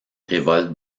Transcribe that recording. révolte